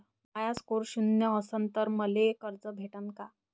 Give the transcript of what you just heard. माया score शून्य असन तर मले कर्ज भेटन का?